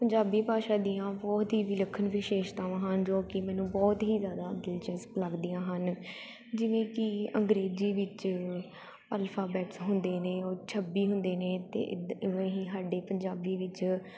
ਪੰਜਾਬੀ ਭਾਸ਼ਾ ਦੀਆਂ ਬਹੁਤ ਹੀ ਵਿਲੱਖਣ ਵਿਸ਼ੇਸ਼ਤਾਵਾਂ ਹਨ ਜੋ ਕਿ ਮੈਨੂੰ ਬਹੁਤ ਹੀ ਜ਼ਿਆਦਾ ਦਿਲਚਸਪ ਲੱਗਦੀਆਂ ਹਨ ਜਿਵੇਂ ਕਿ ਅੰਗਰੇਜ਼ੀ ਵਿੱਚ ਅਲਫਾਬੈਟਸ ਹੁੰਦੇ ਨੇ ਉਹ ਛੱਬੀ ਹੁੰਦੇ ਨੇ ਅਤੇ ਇਹ ਸਾਡੇ ਪੰਜਾਬੀ ਵਿੱਚ